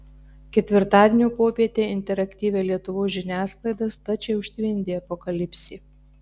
ketvirtadienio popietę interaktyvią lietuvos žiniasklaidą stačiai užtvindė apokalipsė